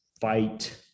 fight